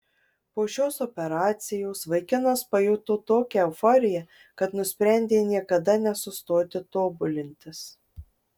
po šios operacijos vaikinas pajuto tokią euforiją kad nusprendė niekada nesustoti tobulintis